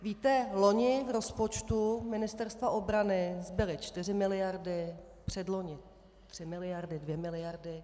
Víte, loni v rozpočtu Ministerstva obrany zbyly čtyři miliardy, předloni tři miliardy, dvě miliardy.